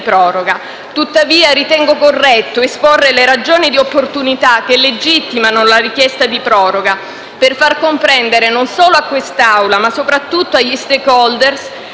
Tuttavia ritengo corretto esporre le ragioni di opportunità che legittimano la richiesta di proroga per far comprendere non solo a quest'Aula ma soprattutto agli *stakeholder*